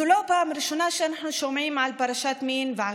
זאת לא הפעם הראשונה שאנחנו שומעים על פרשת מין ועל